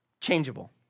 changeable